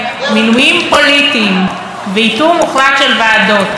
מינויים פוליטיים וייתור מוחלט של ועדות.